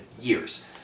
years